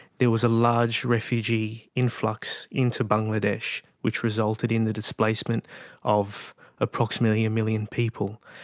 there was a large refugee influx into bangladesh which resulted in the displacement of approximately a million people.